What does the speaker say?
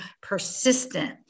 persistent